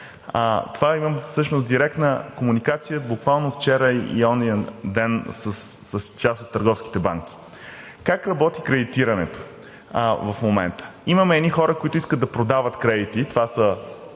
това имам всъщност директна комуникация буквално вчера и онзи ден с част от търговските банки. Как работи кредитирането в момента? Имаме едни хора, които искат да продават кредити, това са